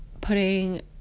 putting